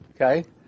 okay